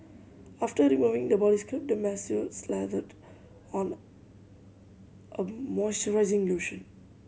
after removing the body scrub the masseur slathered on a moisturizing lotion